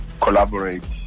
collaborate